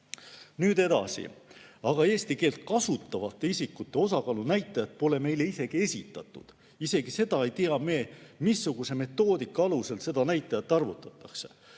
Nüüd edasi. Eesti keelt kasutavate isikute osakaalu näitajat pole meile isegi esitatud. Isegi seda ei tea me, missuguse metoodika alusel seda näitajat arvutatakse.